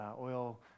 oil